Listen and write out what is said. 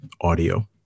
audio